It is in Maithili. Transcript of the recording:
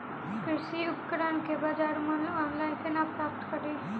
कृषि उपकरण केँ बजार मूल्य ऑनलाइन केना प्राप्त कड़ी?